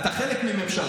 וזה גם לא הממשלה,